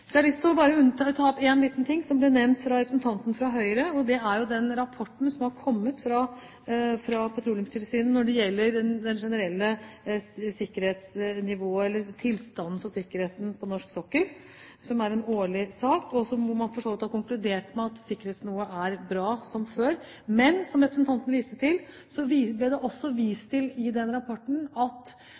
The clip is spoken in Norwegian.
jeg skal ha med selskapene neste fredag. Så har jeg bare lyst til å ta opp en liten ting som ble nevnt av representanten fra Høyre: I rapporten som er kommet fra Petroleumstilsynet når det gjelder det generelle sikkerhetsnivået – eller tilstanden for sikkerheten på norsk sokkel – og som er en årlig sak, har man for så vidt konkludert med at sikkerhetsnivået er bra som før. Men – som representanten viste til – ble det i rapporten også vist til at